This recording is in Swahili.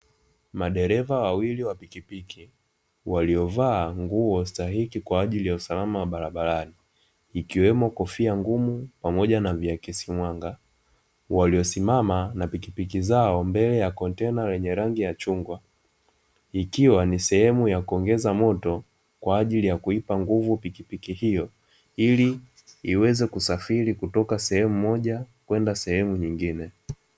Madereza wawili wa pikipiki, waliovaa nguo stahiki kwaajili ya usalama barabarani, ikiwemo kofia ngumu na viakisi mwanga. Waliosimama na pikipiki zao mbele ya kontena lenye rangi ya chungwa. Ikiwa ni sehemu ya kuongeza moto kwajili ya kuipa nguvu pikipiki hiyo, ili iweze kusafiri kutoka sehemu moja kwenda sehemu nyingine.